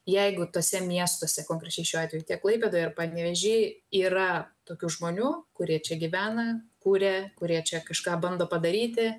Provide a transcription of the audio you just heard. jeigu tuose miestuose konkrečiai šiuo atveju tiek klaipėdoje ar panevėžy yra tokių žmonių kurie čia gyvena kuria kurie čia kažką bando padaryti